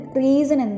reason